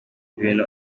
ibintu